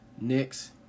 Next